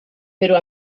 però